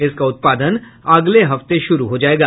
इसका उत्पादन अगले हफ्ते शुरू हो जाएगा